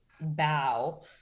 bow